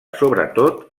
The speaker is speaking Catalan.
sobretot